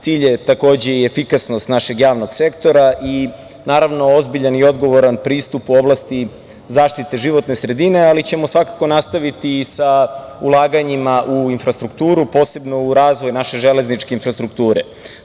Cilj je, takođe, i efikasnost našeg javnog sektora i, naravno, ozbiljan i odgovoran pristup u oblasti zaštite životne sredine, ali ćemo svakako nastaviti i sa ulaganjima u infrastrukturu, posebno u razvoj naše železničke infrastrukture.